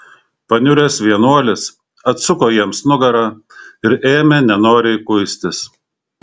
paniuręs vienuolis atsuko jiems nugarą ir ėmė nenoriai kuistis